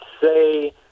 say